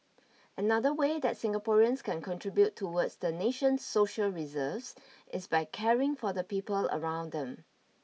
another way that Singaporeans can contribute towards the nation's social reserves is by caring for the people around them